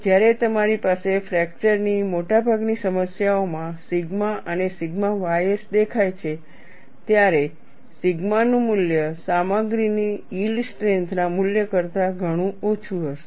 જ્યારે તમારી પાસે ફ્રેકચર ની મોટાભાગની સમસ્યાઓમાં સિગ્મા અને સિગ્મા ys દેખાય છે ત્યારે સિગ્મા નું મૂલ્ય સામગ્રીની યીલ્ડ સ્ટ્રેન્થના મૂલ્ય કરતાં ઘણું ઓછું હશે